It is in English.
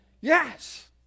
Yes